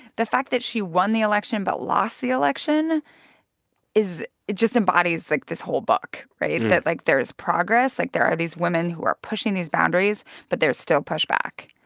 the fact that she won the election but lost the election is it just embodies, like, this whole book, right? that, but like, there is progress. like, there are these women who are pushing these boundaries, but there's still pushback